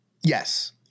Yes